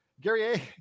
Gary